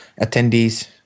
attendees